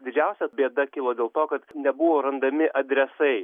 didžiausia bėda kilo dėl to kad nebuvo randami adresai